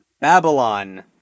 Babylon